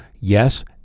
Yes